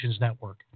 network